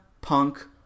punk